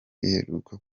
iheruka